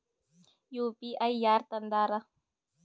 UPI ಯಾರ್ ತಂದಾರ?